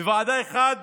וועדה אחת